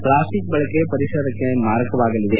plastic ಬಳಕೆ ಪರಿಸರಕ್ಕೆ ಮಾರಕವಾಗಲಿದೆ